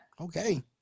Okay